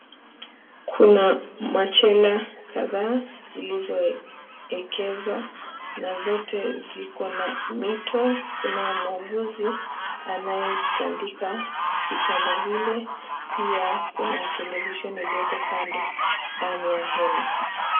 Kuna machela kadhaa zilizoekezwa na zote ziko na mito, kuna muuguzi anayetandika vitanda vile. Pia kuna televisheni iliyoko kando ndani ya hema.